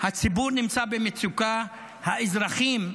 הציבור נמצא במצוקה, האזרחים,